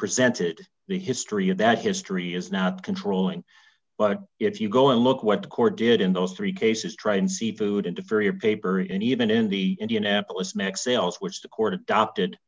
presented the history of that history is not controlling but if you go and look what the court did in those three cases try and seafood and a very a paper in even in the indianapolis next sales which the court adopted